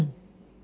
mm